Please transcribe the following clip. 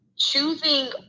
choosing